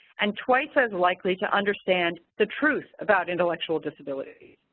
and twice as likely to understand the truth about intellectual disabilities.